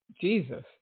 Jesus